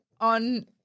on